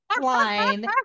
line